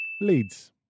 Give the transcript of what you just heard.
Leeds